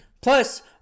Plus